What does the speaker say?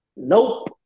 Nope